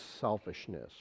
selfishness